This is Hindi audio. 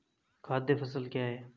खाद्य फसल क्या है?